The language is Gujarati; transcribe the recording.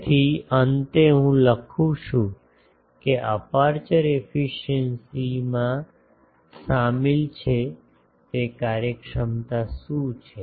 તેથી અંતે હું લખું છું કે અપેર્ચર એફિસિએંસીમાં શામેલ છે તે કાર્યક્ષમતા શું છે